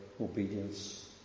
obedience